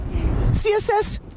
CSS